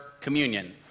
communion